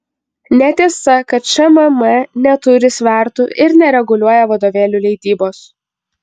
netiesa kad šmm neturi svertų ir nereguliuoja vadovėlių leidybos